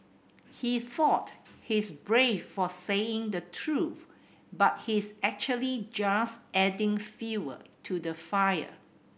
he thought he's brave for saying the truth but his actually just adding fuel to the fire